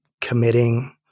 committing